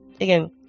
again